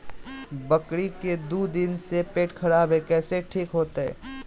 बकरी के दू दिन से पेट खराब है, कैसे ठीक होतैय?